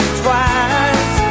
twice